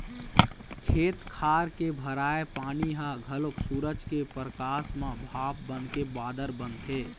खेत खार के भराए पानी ह घलोक सूरज के परकास म भाप बनके बादर बनथे